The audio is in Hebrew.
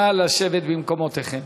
נא לשבת במקומותיכם.